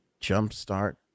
Jumpstart